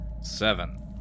Seven